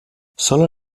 solo